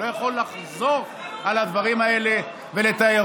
לא יכול לחזור על הדברים האלה ולתאר